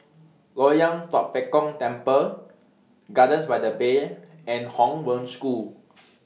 Loyang Tua Pek Kong Temple Gardens By The Bay and Hong Wen School